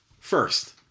First